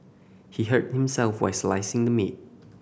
he hurt himself while slicing the meat